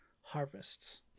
harvests